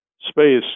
space